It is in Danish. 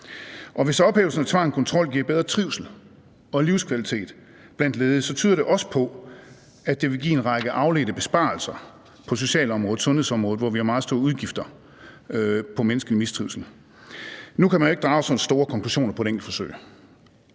hvis ophævelsen af tvang og kontrol giver bedre trivsel og livskvalitet blandt ledige, tyder det også på, at det vil give en række afledte besparelser på socialområdet og sundhedsområdet, hvor vi har meget store udgifter på menneskelig mistrivsel. Nu kan man jo ikke drage store konklusioner på et enkelt forsøg,